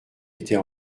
était